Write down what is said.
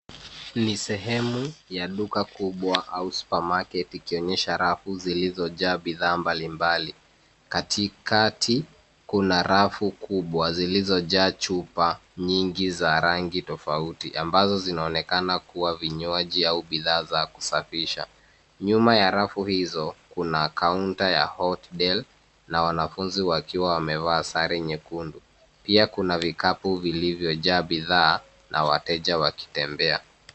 Ni sehemu ya duka kubwa au supermarket ikionyesha rafu zilizojaa bidhaa mbalimbali. Katikati kuna rafu kubwa zilizojaa chupa nyingi za rangi tofauti ambazo zinaonekana kuwa vinywaji au bidhaa za kusafisha. Nyuma ya rafu hizo, kuna kaunta ya Hot Deli na wanafunzi wakiwa wamevaa sare nyekundu. Pia kuna vikapu vilivyojaa bidhaa na wateja wakitembea.